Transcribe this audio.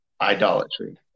idolatry